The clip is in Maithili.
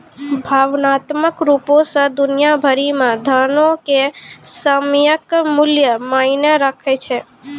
भावनात्मक रुपो से दुनिया भरि मे धनो के सामयिक मूल्य मायने राखै छै